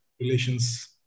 relations